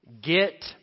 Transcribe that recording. get